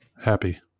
Happy